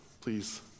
Please